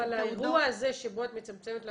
אבל האירוע הזה שבו את מצמצמת לה